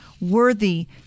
worthy